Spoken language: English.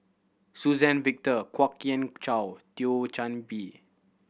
Suzann Victor Kwok Kian Chow Thio Chan Bee